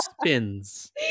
spins